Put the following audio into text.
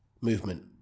movement